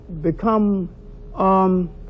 become